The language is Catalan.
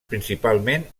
principalment